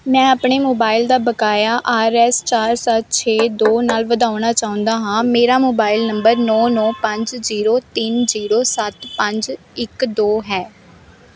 ਮੈਂ ਆਪਣੇ ਮੋਬਾਈਲ ਦਾ ਬਕਾਇਆ ਆਰ ਐਸ ਚਾਰ ਸੱਤ ਛੇ ਦੋ ਨਾਲ ਵਧਾਉਣਾ ਚਾਹੁੰਦਾ ਹਾਂ ਮੇਰਾ ਮੋਬਾਈਲ ਨੰਬਰ ਨੌ ਨੌ ਪੰਜ ਜ਼ੀਰੋ ਤਿੰਨ ਜ਼ੀਰੋ ਸੱਤ ਪੰਜ ਇੱਕ ਦੋ ਹੈ